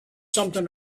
something